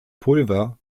pulver